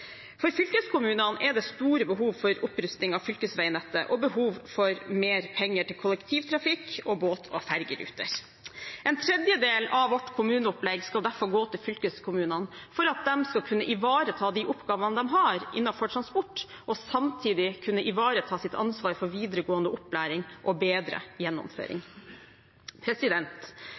For fylkeskommunene er det store behov for opprusting av fylkesveinettet og behov for mer penger til kollektivtrafikk og båt- og ferjeruter. En tredjedel av vårt kommuneopplegg skal derfor gå til fylkeskommunene for at de skal kunne ivareta de oppgavene de har innenfor transport, og samtidig kunne ivareta sitt ansvar for videregående opplæring og bedre gjennomføring.